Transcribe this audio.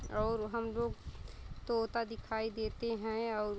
और हम लोग तोता दिखाई देते हैं और